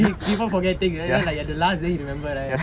people forgetting right ya ya then last day he remember right